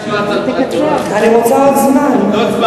אני רוצה עוד זמן.